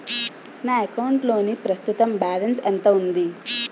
నా అకౌంట్ లోని ప్రస్తుతం బాలన్స్ ఎంత ఉంది?